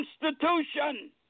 Constitution